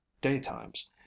daytimes